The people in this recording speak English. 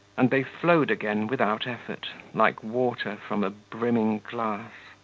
and they flowed again without effort, like water from a brimming glass.